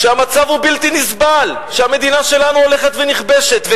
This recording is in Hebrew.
שהמצב הוא בלתי נסבל ושהמדינה שלנו הולכת ונכבשת.